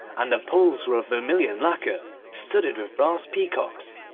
and the poles were of vermilion lacquer studded with brass peacocks.